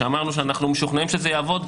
שאמרנו שאנחנו משוכנעים שזה יעבוד.